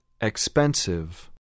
Expensive